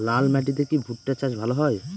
লাল মাটিতে কি ভুট্টা চাষ ভালো হয়?